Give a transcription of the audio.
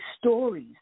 stories